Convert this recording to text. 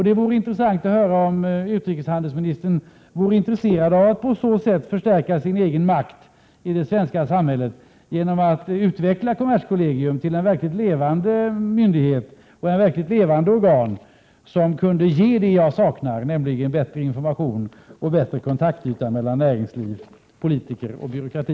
Det vore intressant att få höra om utrikeshandelsministern är intresserad av att förstärka sin egen makt i det svenska samhället genom att utveckla kommerskollegium till en verkligt levande myndighet och ett vitalt organ, som kunde ge det som jag saknar, nämligen bättre information och bättre kontaktyta mellan näringsliv, politiker och byråkrati.